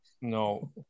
No